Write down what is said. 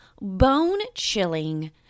bone-chilling